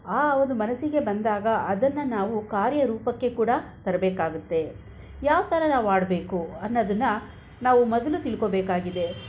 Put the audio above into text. ಆ ಒಂದು ಮನಸ್ಸಿಗೆ ಬಂದಾಗ ಅದನ್ನು ನಾವು ಕಾರ್ಯರೂಪಕ್ಕೆ ಕೂಡ ತರಬೇಕಾಗುತ್ತೆ ಯಾವ ಥರ ನಾವು ಆಡಬೇಕು ಅನ್ನೋದನ್ನು ನಾವು ಮೊದಲು ತಿಳ್ಕೊಳ್ಬೇಬೇಕಾಗಿದೆ